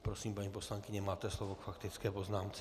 Prosím, paní poslankyně, máte slovo k faktické poznámce.